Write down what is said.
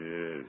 Yes